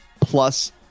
plus